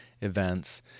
events